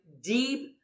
deep